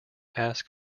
ask